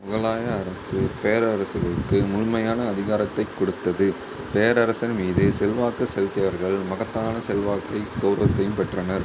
முகலாய அரசு பேரரசர்களுக்கு முழுமையான அதிகாரத்தைக் கொடுத்தது பேரரசர் மீது செல்வாக்கு செலுத்தியவர்கள் மகத்தான செல்வாக்கை கெளரவத்தையும் பெற்றனர்